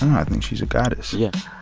i think she's a goddess yeah